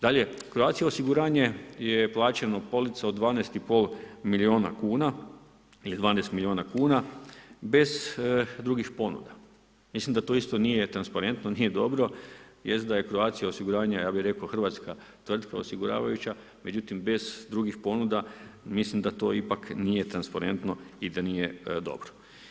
Dalje, Croatia osiguranje je plaćeno polica od 12,5 miliona kuna ili 12 miliona kuna bez drugih ponuda, mislim da to isto nije transparentno nije dobro, jest da je Croatia osiguranje ja bi reko hrvatska tvrtka osiguravajuća međutim bez drugih ponuda mislim da to ipak nije transparentno i da nije dobro.